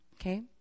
Okay